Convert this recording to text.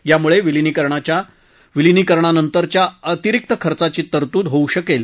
यामुळे विलीनीकरणानंतरच्या अतिरिक्त खर्चाची तरतूद होऊ शकेल